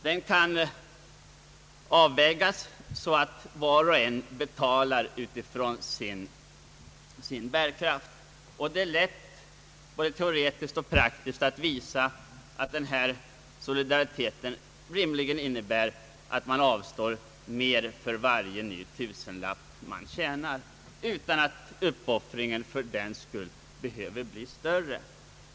Det kan avvägas så att var och en betalar med hänsyn till sin bärkraft, och det är lätt, både teoretiskt och" praktiskt att. visa att denna solidaritet rimligen innebär att man avstår mer för varje ny tusenlapp man tjänar. Detta utan att den personliga uppoffringen fördenskull behöver bli större.